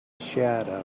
shadow